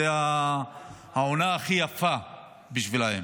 זה העונה הכי יפה בשבילם.